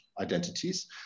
identities